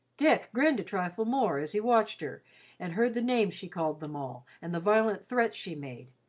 dick grinned a trifle more as he watched her and heard the names she called them all and the violent threats she made,